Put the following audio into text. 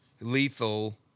Lethal